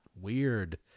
weird